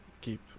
keep